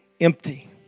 empty